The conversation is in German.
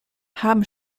haben